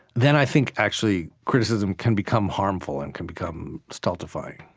then, i think, actually, criticism can become harmful and can become stultifying